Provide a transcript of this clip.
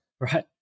right